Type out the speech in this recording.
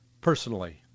personally